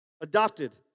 adopted